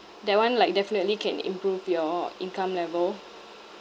that [one] like definitely can improve your income level